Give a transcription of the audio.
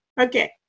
Okay